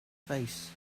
face